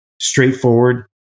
straightforward